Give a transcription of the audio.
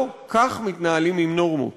לא כך מתנהלים עם נורמות.